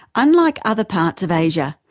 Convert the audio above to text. unlike other parts of asia,